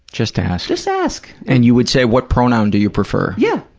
just ask. just ask. and you would say, what pronoun do you prefer? yeah.